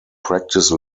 practice